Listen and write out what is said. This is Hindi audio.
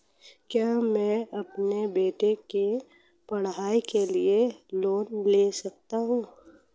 क्या मैं अपने बेटे की पढ़ाई के लिए लोंन ले सकता हूं?